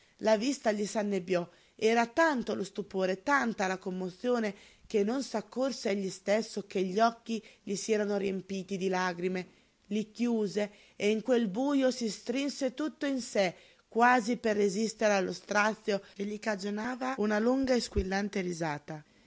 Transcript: la vista gli s'annebbiò era tanto lo stupore tanta la commozione che non s'accorse egli stesso che gli occhi gli si erano riempiti di lagrime li chiuse e in quel bujo si strinse tutto in sé quasi per resistere allo strazio che gli cagionava una lunga squillante risata